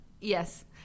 Yes